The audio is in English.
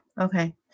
okay